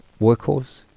workhorse